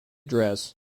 dress